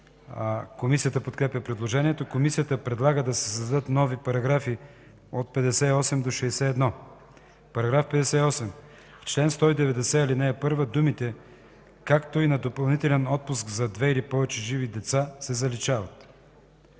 Комисията подкрепя предложението. Комисията предлага да се създадат нови параграфи от 58 до 61: „§ 58. В чл. 190, ал. 1 думите „както и на допълнителен отпуск за две и повече живи деца” се заличават.